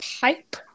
pipe